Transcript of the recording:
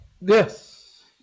Yes